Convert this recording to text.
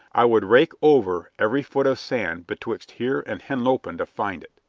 i would rake over every foot of sand betwixt here and henlopen to find it.